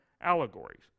allegories